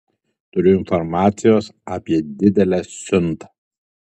turiu informacijos apie didelę siuntą